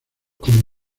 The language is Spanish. como